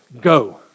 Go